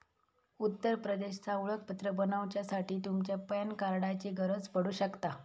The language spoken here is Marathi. उत्तर प्रदेशचा ओळखपत्र बनवच्यासाठी तुमच्या पॅन कार्डाची गरज पडू शकता